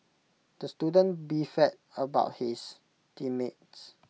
the student beefed about his team mates